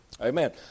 Amen